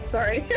Sorry